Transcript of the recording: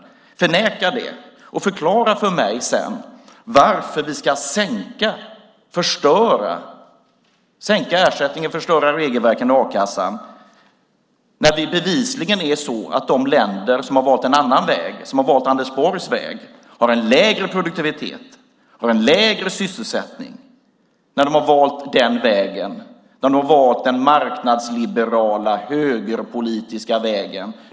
Försök förneka det, och förklara sedan för mig varför vi ska sänka ersättningen och förstöra regelverket i a-kassan när de länder som valt en annan väg, som valt Anders Borgs väg, bevisligen har en lägre produktivitet och en lägre sysselsättning - när de valt den marknadsliberala, högerpolitiska vägen.